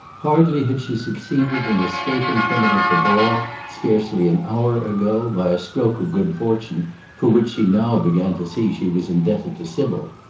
hardly had she succeeded in escaping trom it at the ball scarcely an hour ago, by a stroke of good fortune for which she now began to see she was indebted to sybil,